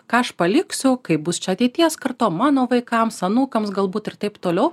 ką aš paliksiu kaip bus čia ateities kartom mano vaikams anūkams galbūt ir taip toliau